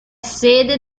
sede